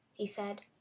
he said,